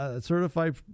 certified